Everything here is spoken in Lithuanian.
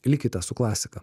likite su klasika